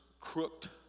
crooked